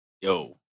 Yo